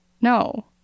No